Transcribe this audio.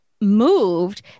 moved